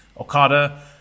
Okada